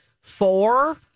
four